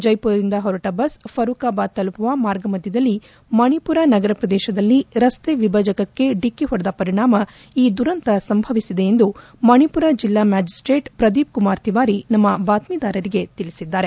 ಜೈಪುರದಿಂದ ಹೊರಟ ಬಸ್ ಫರೂಕಾಬಾದ್ ತಲುಪುವ ಮಾರ್ಗಮಧ್ನದಲ್ಲಿ ಮಣಿಪುರ ನಗರ ಪ್ರದೇಶದಲ್ಲಿ ರಸ್ತೆ ವಿಭಜಕಕ್ಕೆ ಡಿಕ್ಕಿ ಹೊಡೆದ ಪರಿಣಾಮ ಈ ದುರಂತ ಸಂಭವಿಸಿದೆ ಎಂದು ಮಣಿಪುರ ಜಿಲ್ಲಾ ಮ್ಯಾಜಿಸ್ಲೇಟ್ ಪ್ರದೀಪ್ ಕುಮಾರ್ ತಿವಾರಿ ನಮ್ನ ಬಾತ್ನೀದಾರರಿಗೆ ತಿಳಿಸಿದಾರೆ